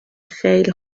خیلی